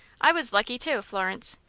i was lucky, too, florence.